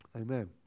Amen